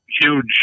huge